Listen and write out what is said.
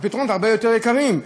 הפתרונות הרבה יותר יקרים.